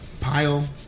pile